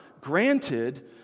granted